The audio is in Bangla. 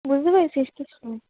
বুঝতে পেরেছিস কিছু